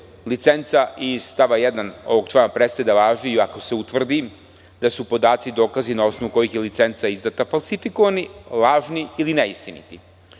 licenca iz stava 1. ovog člana prestaje da važi ako se utvrdi da su podaci dokazi na osnovu kojih je licenca izdata falsifikovani, lažni ili neistiniti.